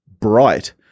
bright